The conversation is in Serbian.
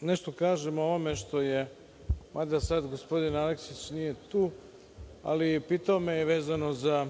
nešto kažem o ovome, mada sada gospodin Aleksić nije tu, ali pitao me je vezano za